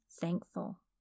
thankful